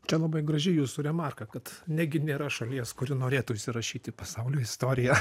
čia labai graži jūsų remarka kad negi nėra šalies kuri norėtų įsirašyt į pasaulio istoriją